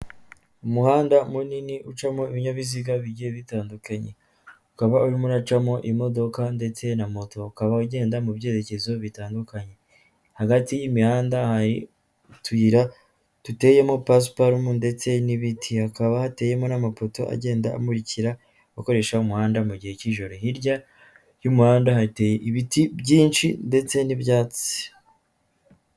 Umuhanda munini ucamo ibinyabiziga bijyiye bitandukanye ukaba urimo uracamo imodoka ndetse na moto, ukaba ugenda mu byerekezo bitandukanye. Hagati y'imihanda hari utuyira duteyemo pasiparume ndetse n'ibiti, hakaba hateyemo n'amapoto agenda amurikira abakoresha umuhanda mu gihe cy'ijoro. Hirya y'umuhanda hateye ibiti byinshi ndetse n'ibyatsi.